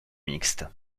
mixte